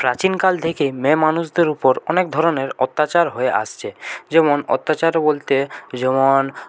প্রাচীনকাল থেকেই মেয়ে মানুষদের উপর অনেক ধরনের অত্যাচার হয়ে আসছে যেমন অত্যাচার বলতে যেমন